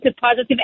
positive